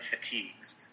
fatigues